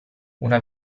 una